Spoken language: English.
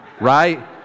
right